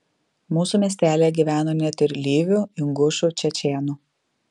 mūsų miestelyje gyveno net ir lyvių ingušų čečėnų